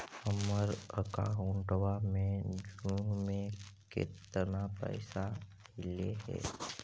हमर अकाउँटवा May June में केतना पैसा अईले हे?